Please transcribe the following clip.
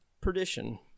Perdition